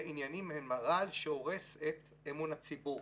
עניינים הן הרעל שהורס את אמון הציבור.